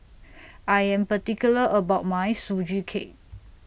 I Am particular about My Sugee Cake